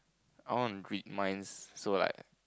I want to read minds so like